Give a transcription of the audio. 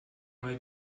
mal